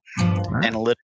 Analytic